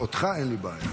אותך, אין לי בעיה.